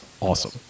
awesome